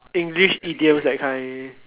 English idiom that kind